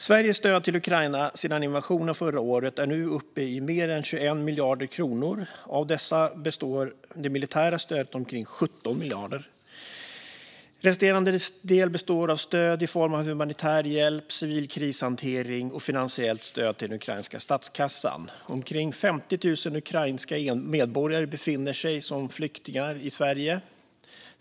Sveriges stöd till Ukraina sedan invasionen förra året är nu uppe i mer än 21 miljarder kronor. Av dessa består det militära stödet av omkring 17 miljarder. Resterande del består av stöd i form av humanitär hjälp, civil krishantering och finansiellt stöd till den ukrainska statskassan. Omkring 50 000 ukrainska medborgare befinner sig som flyktingar i Sverige.